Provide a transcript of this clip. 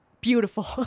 beautiful